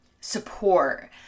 support